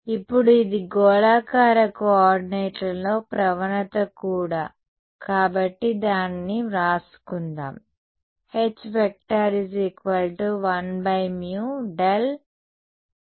ఇప్పుడు ఇది గోళాకార కోఆర్డినేట్లలో ప్రవణత కూడా కాబట్టి దానిని వ్రాసుకుందాం